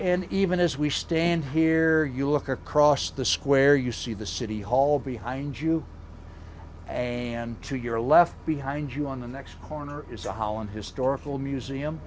and even as we stand here you look across the square you see the city hall behind you and to your left behind you on the next corner is a hauen historical museum